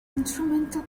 instrumental